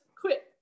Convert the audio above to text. quit